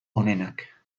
onenak